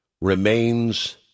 remains